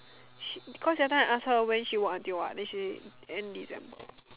she cause that time I ask her when she work until what then she say end December